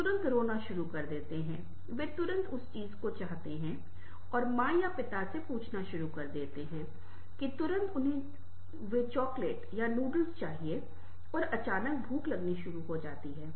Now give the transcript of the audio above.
वे तुरंत रोना शुरू कर देते हैं वे तुरंत उस चीज को चाहते हैं और माँ या पिता से पूछना शुरू करते हैं कि तुरंत उन्हें वो चॉकलेट या नूडल्स चाहिए और अचानक भूख लगनी शुरू हो जाती है